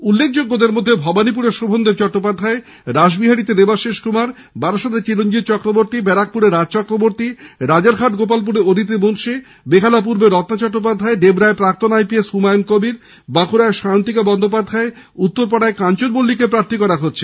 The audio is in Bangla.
উল্লেখযোগ্যদের মধ্যে ভবানীপুরে শোভনদেব চট্টোপাধ্যায় রাসবিহারীতে দেবাশিষ কুমার বারাসাতে চিরঞ্জিত চক্রবর্তী ব্যারাকপুরে রাজ চক্রবর্তী রাজারহাট গোপালপুরে অদিতি মুন্সী বেহালা পূর্বে রত্না চট্টোপাধ্যায় ডেবরায় প্রাক্তন আইপিএস হুমায়ুন কবীর বাঁকুড়ায় সায়ন্তিকা বন্দ্যোপাধ্যায় উত্তরপাড়ায় কাঞ্চন মল্লিককে প্রার্থী করা হয়েছে